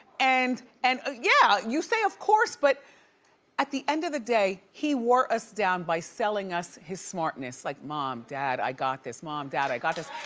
and and ah yeah, you say of course but at the end of the day, he wore us down by selling us his smartness. like, mom, dad, i got this, mom, dad, i got this.